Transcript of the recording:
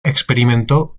experimentó